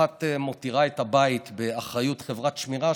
האחת מותירה את הבית באחריות חברת שמירה,